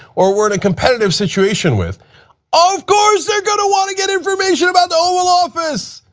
or we are in a competitive situation with of course they are going to want to get information about the oval office.